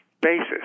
basis